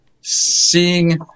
Seeing